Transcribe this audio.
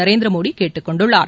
நரேந்திரமோடி கேட்டுக் கொண்டுள்ளார்